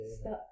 Stuck